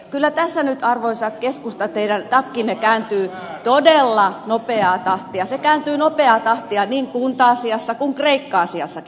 kyllä tässä nyt arvoisa keskusta teidän takkinne kääntyy todella nopeaa tahtia se kääntyy nopeaa tahtia niin kunta asiassa kuin kreikka asiassakin